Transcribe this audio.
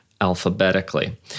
alphabetically